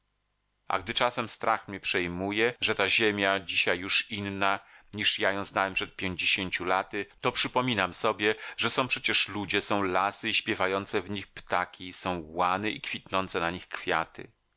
a gdy czasem strach mnie przejmuje że ta ziemia dzisiaj już inna niż ja ją znałem przed pięćdziesięciu laty to przypominam sobie że są przecież ludzie są lasy i śpiewające w nich ptaki są łany i kwitnące na nich kwiaty